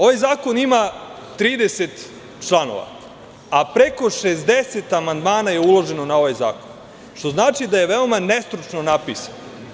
Ovaj zakon ima 30 članova, a preko 60 amandmana je uloženo na ovaj zakon, što znači da je veoma nestručno napisan.